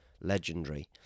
Legendary